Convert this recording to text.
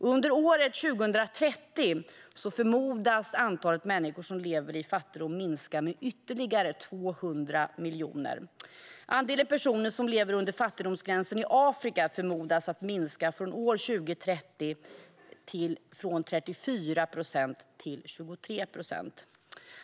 Till år 2030 förmodas antalet människor som lever i fattigdom minska med ytterligare 200 miljoner. Andelen personer som lever under fattigdomsgränsen i Afrika förmodas minska från 34 procent till 23 procent till år 2030.